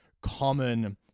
common